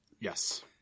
Yes